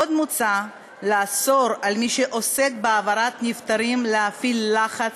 עוד מוצע לאסור על מי שעוסק בהעברת נפטרים להפעיל לחץ,